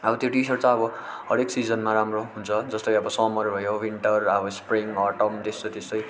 अब त्यो T shirt चाहिँ अब हरेक सिजनमा राम्रो हुन्छ जस्तै अब समर भयो विन्टर अब स्प्रिङ अटम त्यस्तो त्यस्तै